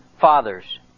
fathers